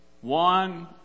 One